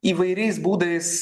įvairiais būdais